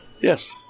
yes